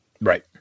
Right